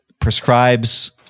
prescribes